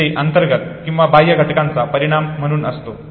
जो अंतर्गत किंवा बाह्य घटकांचा परिणाम म्हणून असतो